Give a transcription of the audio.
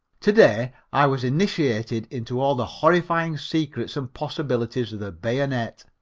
to-day i was initiated into all the horrifying secrets and possibilities of the bayonet,